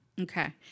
Okay